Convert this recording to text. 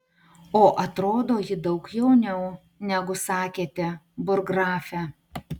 o atrodo ji daug jauniau negu sakėte burggrafe